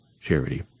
charity